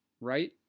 Right